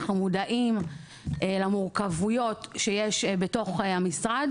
אנחנו מודעים למורכבויות שיש בתוך המשרד